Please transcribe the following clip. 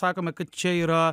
sakome kad čia yra